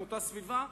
מאותה סביבה,